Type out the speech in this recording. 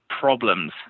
problems